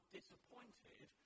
disappointed